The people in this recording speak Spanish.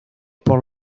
por